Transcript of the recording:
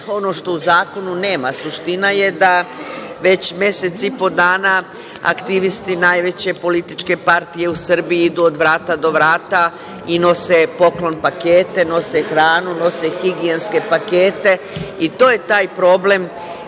ono što u zakonu nema. Suština je da već mesec i po dana aktivisti najveće političke partije u Srbiji idu od vrata do vrata i nose poklon pakete, nose hranu, nose higijenske pakete i to je taj problem